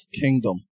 kingdom